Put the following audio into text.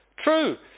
true